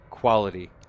Quality